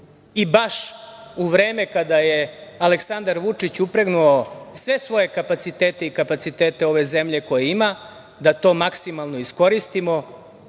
ima. Baš u vreme kada je Aleksandar Vučić upregnuo sve svoje kapacitete i kapacitete ove zemlje koje ima da to maksimalno iskoristimo,